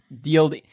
dealt